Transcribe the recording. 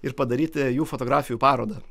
ir padaryti jų fotografijų parodą